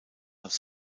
als